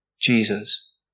Jesus